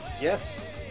Yes